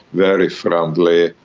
very friendly,